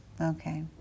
Okay